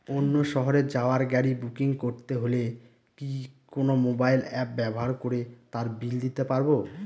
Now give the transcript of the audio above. অন্য শহরে যাওয়ার গাড়ী বুকিং করতে হলে কি কোনো মোবাইল অ্যাপ ব্যবহার করে তার বিল দিতে পারব?